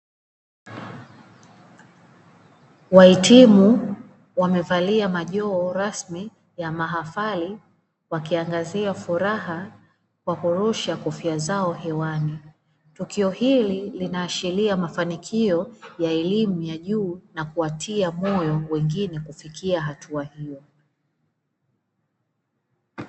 Wahitimu wamevalia majoho rasmi ya mahafali wakiangazia furaha kwa kurusha kofia zao hewani, tukio hili linaashiria mafanikio ya elimu ya juu na kuwatia moyo wengine kufikia hatua hiyo.